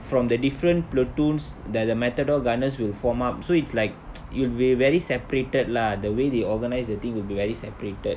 from the different plattons that the matador gunners will form up so it's like it'll be very separated lah the way they organise the thing will be very separated